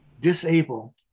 disable